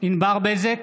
ענבר בזק,